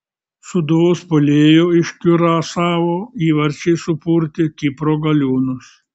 sūduvos puolėjo iš kiurasao įvarčiai supurtė kipro galiūnus